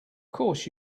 course